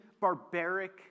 barbaric